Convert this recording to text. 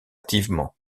activement